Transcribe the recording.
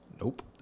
Nope